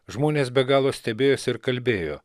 žmonės be galo stebėjosi ir kalbėjo